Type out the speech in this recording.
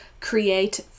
create